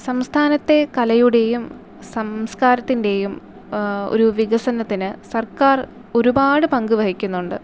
സംസ്ഥാനത്തെ കലയുടെയും സംസ്കാരത്തിൻ്റെയും ഒരു വികസനത്തിന് സർക്കാർ ഒരുപാട് പങ്ക് വഹിക്കുന്നുണ്ട്